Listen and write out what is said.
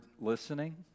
listening